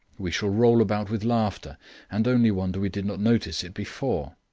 we shall roll about with laughter and only wonder we did not notice it before.